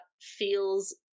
feels